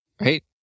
right